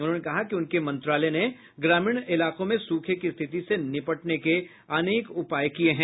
उन्होंने कहा कि उनके मंत्रालय ने ग्रामीण इलाकों में सूखे की स्थिति से निपटने के अनेक उपाय किए हैं